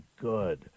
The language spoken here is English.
good